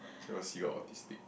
that was seagull autistic